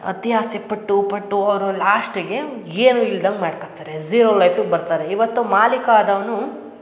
ಅತಿ ಆಸೆ ಪಟ್ಟು ಪಟ್ಟು ಅವರು ಲಾಸ್ಟ್ಗೆ ಏನೂ ಇಲ್ದಂಗೆ ಮಾಡ್ಕೋತಾರೆ ಜೀರೋ ಲೈಫಿಗೆ ಬರ್ತಾರೆ ಇವತ್ತು ಮಾಲೀಕ ಆದವನು